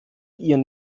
ihren